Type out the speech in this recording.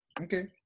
Okay